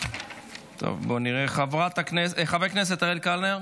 חבר הכנסת אריאל קלנר,